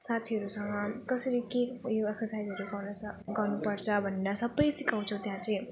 साथीहरूसँग कसरी के उयो एक्सर्साइजहरू गर्नु छ गर्नु पर्छ भनेर सब सिकाउँछौँ त्यहाँ चाहिँ